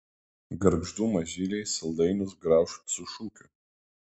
gargždų mažyliai saldainius grauš su šūkiu